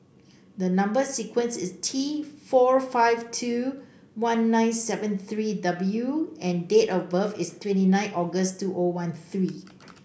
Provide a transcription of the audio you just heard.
the number sequence is T four five two one nine seven three W and date of birth is twenty eight August two O one three